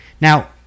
Now